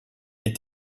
est